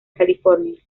california